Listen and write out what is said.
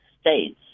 states